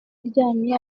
aryamye